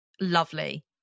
lovely